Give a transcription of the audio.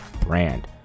brand